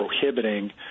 prohibiting